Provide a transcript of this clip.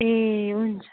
ए हुन्छ